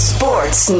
Sports